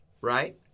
right